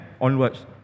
onwards